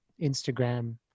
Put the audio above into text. Instagram